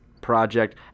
project